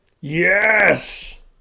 Yes